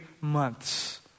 months